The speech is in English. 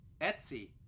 Etsy